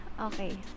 Okay